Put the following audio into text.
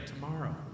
tomorrow